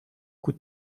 coup